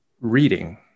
Reading